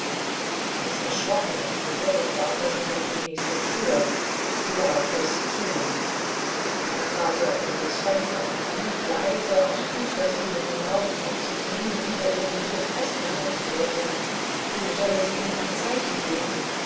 ganz erschrocken und verwirrt warf er sich auf die nächste tür sie war fest zu da trat er unter das fenster und rief leise aus tiefster seele hinauf ob sie drin wider ihren willen festgehalten werde so solle sie ihm ein zeichen geben